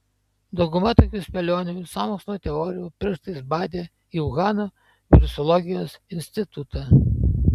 dauguma tokių spėlionių ir sąmokslo teorijų pirštais badė į uhano virusologijos institutą